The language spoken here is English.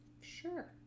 sure